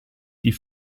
die